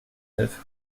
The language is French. neuf